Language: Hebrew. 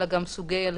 אלא גם סוגי הליכים,